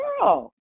Girl